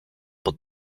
pod